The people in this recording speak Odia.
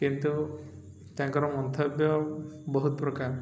କିନ୍ତୁ ତାଙ୍କର ମନ୍ତବ୍ୟ ବହୁତ ପ୍ରକାର